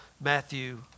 Matthew